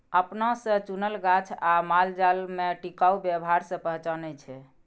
अपना से चुनल गाछ आ मालजाल में टिकाऊ व्यवहार से पहचानै छै